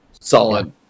solid